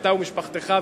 אתה ומשפחתך,